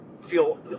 feel